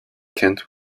kent